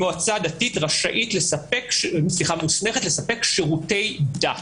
מועצה דתית מוסמכת לספק שירותי דת.